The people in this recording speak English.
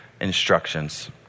instructions